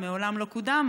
ומעולם לא קודם.